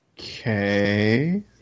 Okay